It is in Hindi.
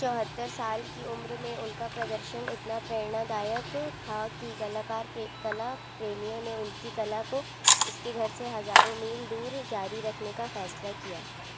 चौहत्तर साल की उम्र में उनका प्रदर्शन इतना प्रेरणादायक था कि कलाकार प्रे कला प्रेमियों ने उनकी कला को उसके घर से हजारों मील दूर जारी रखने का फैसला किया